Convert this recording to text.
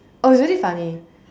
oh it's really funny